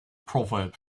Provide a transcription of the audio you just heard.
proverb